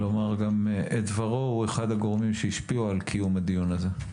יניב אשור הוא אחד הגורמים שהשפיעו על קיום הדיון הזה.